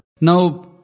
Now